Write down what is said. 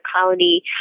colony